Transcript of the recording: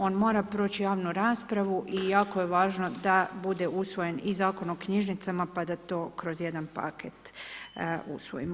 On mora proći javnu raspravu i jako je važno da bude usvoje i Zakon o knjižnicama pa da to kroz jedan paket usvojimo.